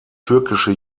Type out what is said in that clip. türkische